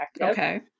Okay